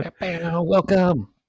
Welcome